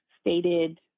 stated